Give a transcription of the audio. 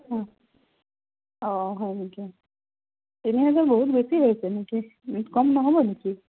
অঁ হয় নেকি তিনি হাজাৰ বহুত বেছি হৈছে নেকি কম নহ'ব নেকি